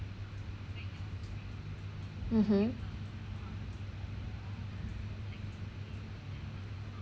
mmhmm